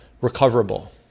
recoverable